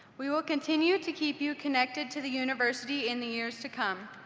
we will continue to keep you connected to the university in the years to come.